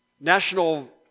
national